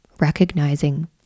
recognizing